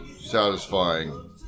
satisfying